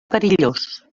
perillós